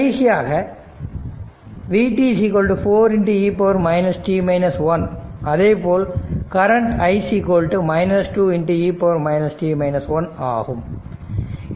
கடைசியாக vt4e அதேபோல் current i 2e ஆகும்